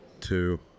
Two